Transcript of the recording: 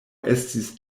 estis